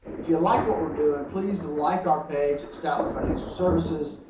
if you like what we're doing, please like our page, statler financial services,